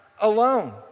alone